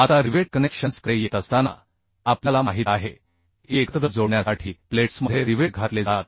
आता रिवेट कनेक्शन्सकडे येत असताना आपल्याला माहीत आहे की एकत्र जोडण्यासाठी प्लेट्समध्ये रिवेट घातले जातात